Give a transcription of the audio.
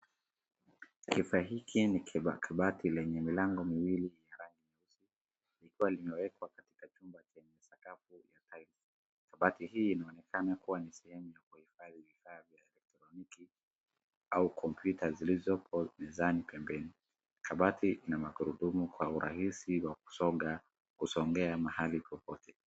Kifaa hiki ni kabakabati lenye milango miwili ya rangi nyeusi, likiwa limewekwa katika chumba chenye sakafu ya taili. Kabati hii inaonekana kuwa ni sehemu ya kuhifadhi vifaa vya elektroniki au kompyuta zilizopo mezani pembeni. Kabati lina makurudumu kwa urahisi wa kusonga kusogea mahali popote.